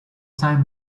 time